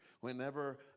Whenever